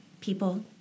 people